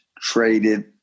traded